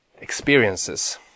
experiences